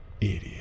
Idiot